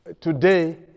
today